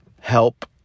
help